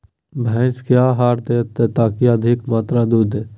भैंस क्या आहार दे ताकि अधिक मात्रा दूध दे?